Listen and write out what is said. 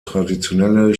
traditionelle